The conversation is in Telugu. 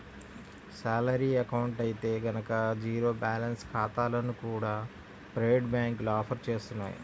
శాలరీ అకౌంట్ అయితే గనక జీరో బ్యాలెన్స్ ఖాతాలను కూడా ప్రైవేటు బ్యాంకులు ఆఫర్ చేస్తున్నాయి